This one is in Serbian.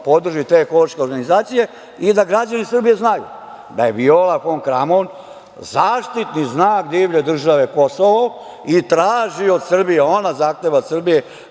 podrži te ekološke organizacije. Da građani Srbije znaju da je Viola fon Kramon zaštitni znak divlje države Kosovo i traži od Srbije, ona zahteva od Srbije